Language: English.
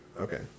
Okay